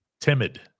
timid